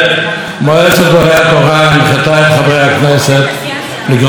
לגרום לכך שההחלטה הזו תיושם כמדיניות ברורה",